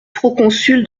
proconsul